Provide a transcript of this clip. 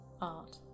art